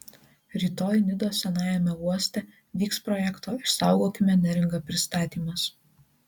rytoj nidos senajame uoste vyks projekto išsaugokime neringą pristatymas